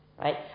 right